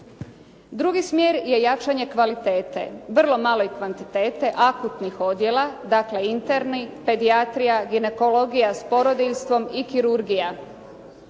Drugi smjer je jačanje kvalitete, vrlo malo i kvantitete akutnih odjela, dakle interni, pedijatrija, ginekologija s porodiljstvom i kirurgija